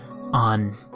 on